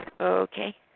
Okay